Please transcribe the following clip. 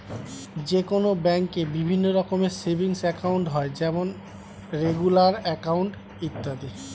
যে কোনো ব্যাঙ্কে বিভিন্ন রকমের সেভিংস একাউন্ট হয় যেমন রেগুলার অ্যাকাউন্ট, ইত্যাদি